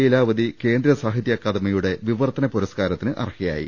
ലീലാവതി കേന്ദ്രസാഹിത്യ അക്കാദമിയുടെ വിവർത്തന പുരസ്കാരത്തിന് അർഹയായി